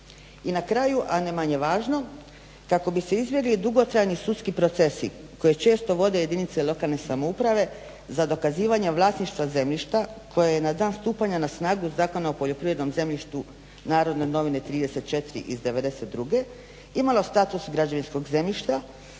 I na kraju a ne manje važno, kako bi se izbjegli dugotrajni sudski procesi koji često vode jedinice lokalne samouprave za dokazivanje vlasništva zemljišta koje je na dan stupanja na snagu Zakona o poljoprivrednom zemljištu ("Narodne novine" 34/92) imalo status građevinskog zemljišta,